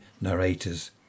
narrators